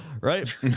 right